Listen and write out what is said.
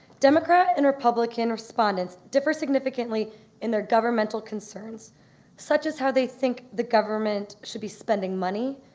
democrat and republican respondents differ significantly in their governmental concerns such as how they think the government should be spending money,